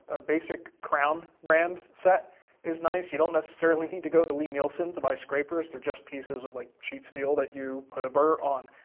a basic crown brand set is nice. you don't necessarily need to go to lie-nielsen to buy scrapers. they're just pieces of like sheet steel that you put a burr on,